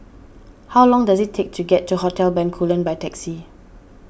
how long does it take to get to Hotel Bencoolen by taxi